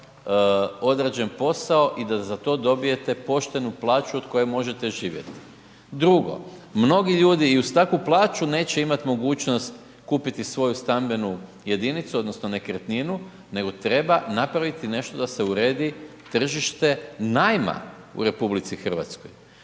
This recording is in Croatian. odrađen posao i da za to dobijete poštenu plaću od koje možete živjeti. 2. mnogi ljudi i uz takvu plaću neće imati mogućnost kupiti svoju stambenu jedinicu, odnosno nekretninu nego treba napraviti nešto da se uredi tržište najma u RH. Da imamo